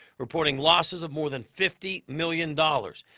reporting losses of more than fifty million dollars.